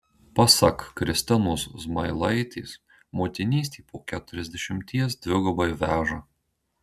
pasak kristinos zmailaitės motinystė po keturiasdešimties dvigubai veža